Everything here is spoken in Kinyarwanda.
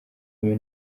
kumi